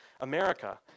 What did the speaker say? America